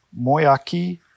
moyaki